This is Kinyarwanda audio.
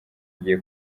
igiye